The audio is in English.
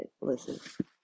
Listen